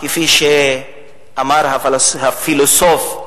כפי שאמר הפילוסוף,